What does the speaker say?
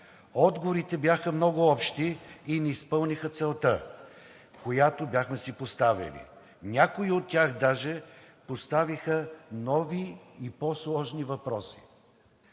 Отговорите бяха много общи и не изпълниха целта, която си бяхме поставили. Някои от тях даже поставиха нови и по-сложни въпроси.